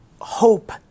hope